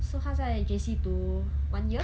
so 他在 J_C 读 one year